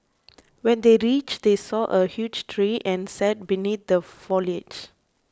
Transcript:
when they reached they saw a huge tree and sat beneath the foliage